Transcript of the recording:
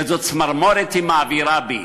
איזו צמרמורת היא מעבירה בי.